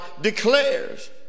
declares